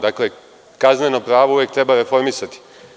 Dakle, kazneno pravo uvek trebareformisati.